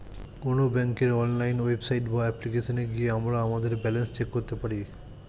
কোনো ব্যাঙ্কের online website বা অ্যাপ্লিকেশনে গিয়ে আমরা আমাদের ব্যালেন্স চেক করতে পারি